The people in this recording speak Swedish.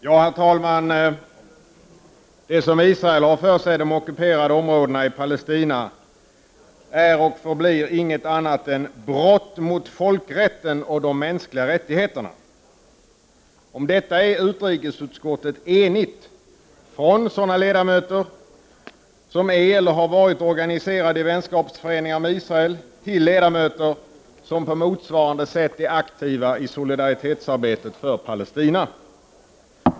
Herr talman! Det som Israel har för sig i de ockuperade områdena i Palestina är och förblir inget annat än ”brott mot folkrätten och de mänskliga rättigheterna”. Om detta är utrikesutskottet enigt — från ledamöter som är eller har varit organiserade i vänskapsföreningar med Israel till ledamöter som på motsvarande sätt är aktiva i solidaritetsarbetet för Palestina.